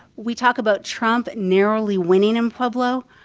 we talk about trump narrowly winning in pueblo.